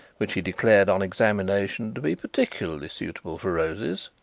which he declared on examination to be particularly suitable for roses,